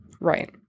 Right